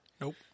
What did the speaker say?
Nope